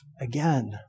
again